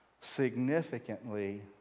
significantly